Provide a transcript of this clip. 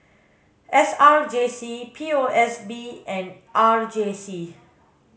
S R J C P O S B and R J C